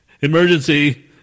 Emergency